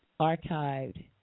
archived